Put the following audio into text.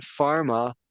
pharma